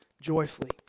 joyfully